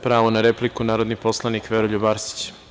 Pravo na repliku narodni poslanik Veroljub Arsić.